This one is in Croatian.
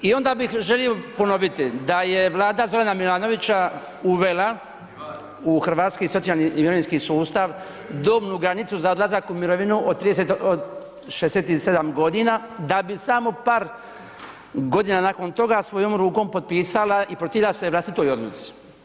I onda bih želio ponoviti da je vlada Zorana Milanovića uvela u hrvatski socijalni i mirovinski sustav dobnu granicu za odlazak u mirovinu od 67 godina da bi samo par godina nakon toga svojom rukom potpisala i protivila se vlastitoj odluci.